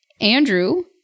Andrew